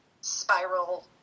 spiral